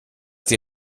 die